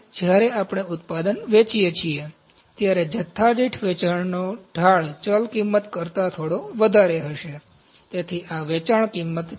જ્યારે આપણે ઉત્પાદન વેચીએ છીએ ત્યારે જથ્થા દીઠ વેચાણનો ઢાળ ચલ કિંમત કરતાં થોડો વધારે હશે તેથી આ વેચાણ કિંમત છે